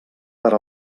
per